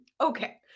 Okay